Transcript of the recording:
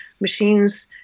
machines